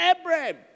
Abraham